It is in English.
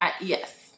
yes